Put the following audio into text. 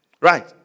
Right